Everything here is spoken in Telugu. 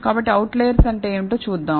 కాబట్టి అవుట్లెర్స్ అంటే ఏమిటో చూద్దాం